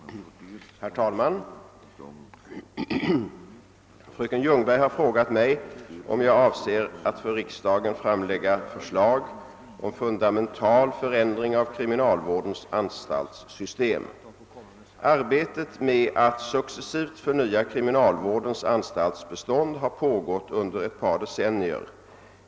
Herr talman! Fröken Ljungberg har frågat mig, om jag avser att för riksdagen framlägga förslag om fundamental förändring av kriminalvårdens anstaltssystem. Arbetet med att successivt förnya kriminalvårdens anstaltsbestånd har. pågått under ett par decennier.